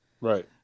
right